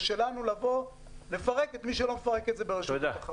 ושלנו לבוא ולפרק את מי שלא מפרק את זה ברשות התחרות.